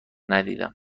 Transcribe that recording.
ندیدم